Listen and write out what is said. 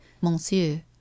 Monsieur